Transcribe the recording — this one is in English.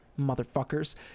Motherfuckers